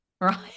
right